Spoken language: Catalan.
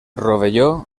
rovelló